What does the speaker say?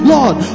Lord